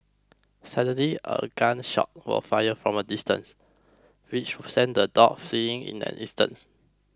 suddenly a gun shot was fired from a distance which sent the dogs fleeing in an instant